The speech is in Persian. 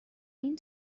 این